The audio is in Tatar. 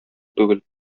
түгел